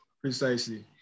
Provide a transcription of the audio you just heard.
precisely